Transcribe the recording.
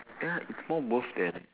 ya it's more worth then